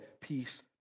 peace